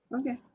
Okay